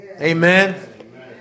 Amen